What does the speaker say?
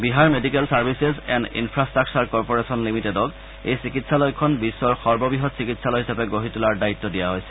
Bihar medical services and infrastructure corporation লিমিটেডক এই চিকিৎসালয়খন বিশ্বৰ সৰ্ববৃহৎ চিকিৎসালয় হিচাপে গঢ়ি তোলাৰ দায়িত্ব দিয়া হৈছে